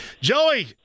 Joey